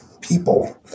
people